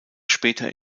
später